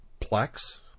Plex